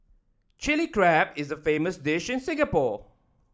Chilli Crab is a famous dish in Singapore